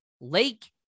Lake